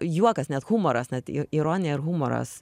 juokas net humoras net ironija ar humoras